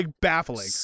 baffling